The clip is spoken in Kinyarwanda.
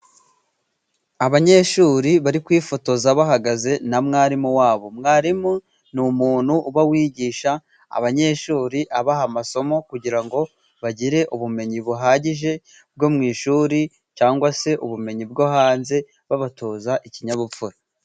Abanyeshuri bari kwifotoza bahagaze na mwarimu wabo mwarimu ni umuntu uba wigisha abanyeshuri, abaha amasomo kugira ngo bagire ubumenyi buhagije bwo mu ishuri , cyangwa se ubumenyi bwo hanze babatoza ikinyabupfura.